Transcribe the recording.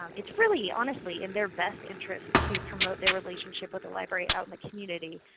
um it's really honestly in their best interest to promote their relationship with the library out in the community.